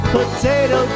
Potato